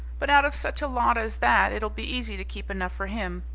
but out of such a lot as that it'll be easy to keep enough for him.